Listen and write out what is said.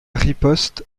riposte